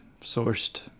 sourced